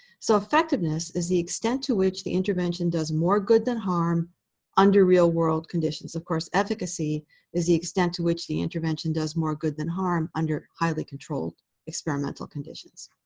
so effectiveness is the extent to which the intervention does more good than harm under real world conditions. of course, efficacy is the extent to which the intervention does more good than harm under highly controlled experimental conditions.